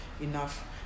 enough